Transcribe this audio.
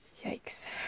Yikes